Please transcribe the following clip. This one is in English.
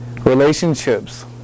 relationships